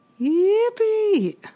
Yippee